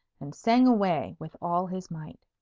and sang away with all his might.